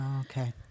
okay